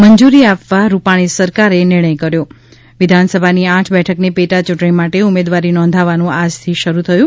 મંજૂરી આપવા રૂપાણી સરકારે નિર્ણય કર્યો વિધાનસભાની આઠ બેઠકની પેટાયૂંટણી માટે ઉમેદવારી નોંધાવવાનું આજથી શરૂ થયું